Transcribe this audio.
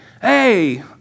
hey